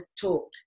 talk